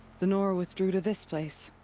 the nora withdrew to this place.